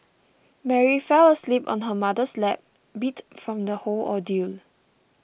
Mary fell asleep on her mother's lap beat from the whole ordeal